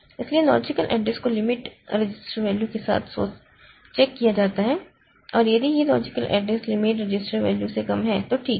इसलिए logical address को limit register value के साथ चेक किया जाता है और यदि यह logical address limit register value से कम है तो ठीक है